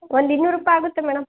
ಒಂದು ಇನ್ನೂರು ರೂಪಾಯಿ ಆಗುತ್ತೆ ಮೇಡಮ್